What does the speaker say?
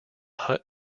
hut